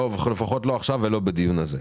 לפחות לא עכשיו ולא בדיון הזה.